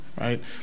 right